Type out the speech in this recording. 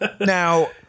Now